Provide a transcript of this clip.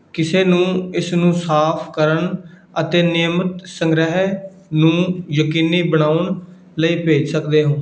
ਕਿਸੇ ਨੂੰ ਇਸ ਨੂੰ ਸਾਫ਼ ਕਰਨ ਅਤੇ ਨਿਯਮਤ ਸੰਗ੍ਰਹਿ ਨੂੰ ਯਕੀਨੀ ਬਣਾਉਣ ਲਈ ਭੇਜ ਸਕਦੇ ਹੋ